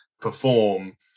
perform